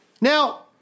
Now-